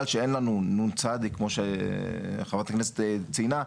שאין לנו נ.צ כמו שחברת הכנסת ציינה,